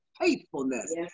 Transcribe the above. faithfulness